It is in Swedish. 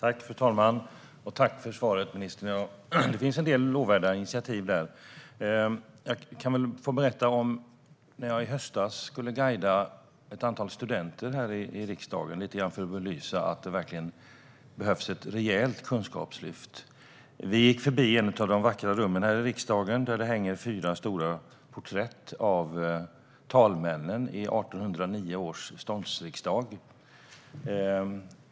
Fru talman! Tack för svaret, ministern! Det finns en del lovvärda initiativ där. Jag kan väl, lite grann för att belysa att det verkligen behövs ett rejält kunskapslyft, få berätta om när jag i höstas skulle guida ett antal studenter här i riksdagen. Vi gick genom ett av de vackra rummen här i riksdagen, och där hänger fyra stora porträtt av talmännen i 1809 års ståndsriksdag.